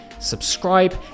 subscribe